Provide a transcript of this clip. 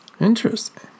Interesting